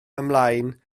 ymlaen